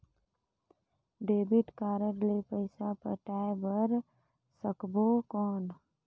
Debit card ले पइसा पटाय बार सकबो कौन?